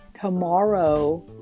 Tomorrow